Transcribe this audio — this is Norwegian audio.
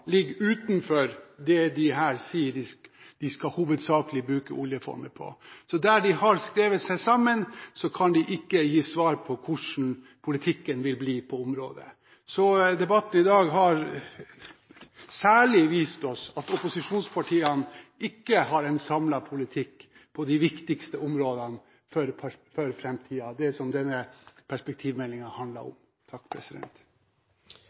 ligger utenfor det disse sier de hovedsakelig skal bruke oljefondet på. Så der de har skrevet seg sammen, kan de ikke gi svar på hvordan politikken vil bli på området. Så debatten i dag har særlig vist oss at opposisjonspartiene ikke har en samlet politikk på de viktigste områdene for framtiden, det som denne perspektivmeldingen handler om.